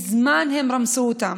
מזמן הם רמסו אותם.